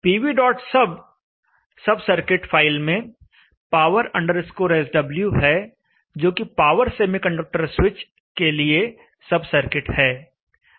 pvsub sub circuit file में power sw है जो कि पावर सेमीकंडक्टर स्विच के लिए सब सर्किट है